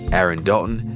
aaron dalton,